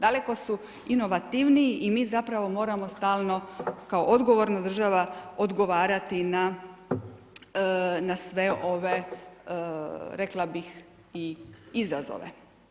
Daleko su inovativniji i mi zapravo moramo stalno kao odgovorna država odgovarati na sve ove rekla bih i izazove.